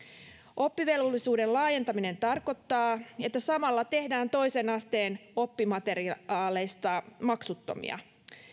oppivelvollisuuden laajentaminen tarkoittaa että samalla tehdään toisen asteen oppimateriaaleista maksuttomia